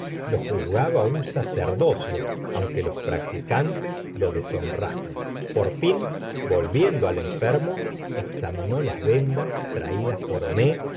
lo juzgaba un sacerdocio aunque los practicantes lo deshonrasen por fin volviendo al enfermo examinó las vendas traídas por homais